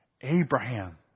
Abraham